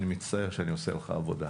אני מצטער שאני עושה לך עבודה.